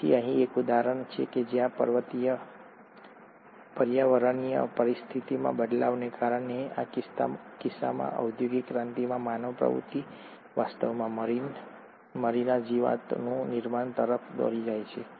તેથી અહીં એક ઉદાહરણ છે જ્યાં પર્યાવરણીય પરિસ્થિતિઓમાં બદલાવને કારણે આ કિસ્સામાં ઔદ્યોગિક ક્રાંતિમાં માનવ પ્રવૃત્તિ વાસ્તવમાં મરીના જીવાતનું નિર્માણ તરફ દોરી જાય છે